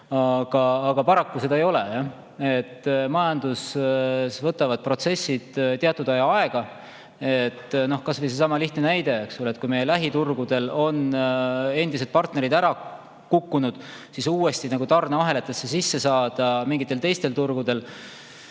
Aga paraku seda ei ole. Majanduses võtavad protsessid teatud aja aega. Kas või seesama lihtne [seletus], et kui meie lähiturgudel on endised partnerid ära kukkunud, siis uuesti tarneahelatesse sisse saada mingitel teistel turgudel